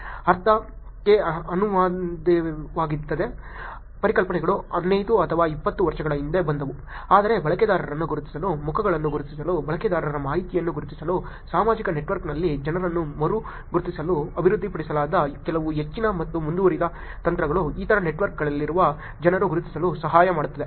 ಅರ್ಥ ಕೆ ಅನಾಮಧೇಯತೆಯಂತಹ ಪರಿಕಲ್ಪನೆಗಳು 15 ಅಥವಾ 20 ವರ್ಷಗಳ ಹಿಂದೆ ಬಂದವು ಆದರೆ ಬಳಕೆದಾರರನ್ನು ಗುರುತಿಸಲು ಮುಖಗಳನ್ನು ಗುರುತಿಸಲು ಬಳಕೆದಾರರ ಮಾಹಿತಿಯನ್ನು ಗುರುತಿಸಲು ಸಾಮಾಜಿಕ ನೆಟ್ವರ್ಕ್ನಲ್ಲಿ ಜನರನ್ನು ಮರು ಗುರುತಿಸಲು ಅಭಿವೃದ್ಧಿಪಡಿಸಲಾದ ಕೆಲವು ಹೆಚ್ಚಿನ ಮತ್ತು ಮುಂದುವರಿದ ತಂತ್ರಗಳು ಇತರ ನೆಟ್ವರ್ಕ್ನಲ್ಲಿರುವ ಜನರು ಗುರುತಿಸಲು ಸಹಾಯ ಮಾಡುತ್ತದೆ